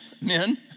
men